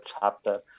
chapter